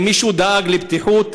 האם מישהו דאג לבטיחות?